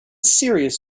serious